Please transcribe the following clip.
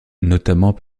notamment